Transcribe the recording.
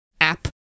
app